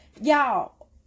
Y'all